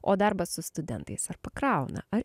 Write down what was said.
o darbas su studentais ar pakrauna ar